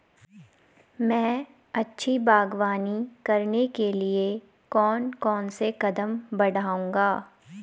मैं अच्छी बागवानी करने के लिए कौन कौन से कदम बढ़ाऊंगा?